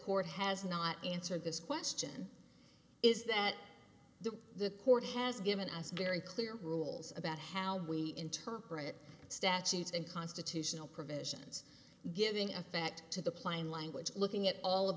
court has not answered this question is that the the court has given as very clear rules about how we interpret statutes and constitutional provisions giving effect to the plain language looking at all of